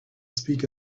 speak